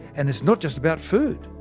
and it's not just about food.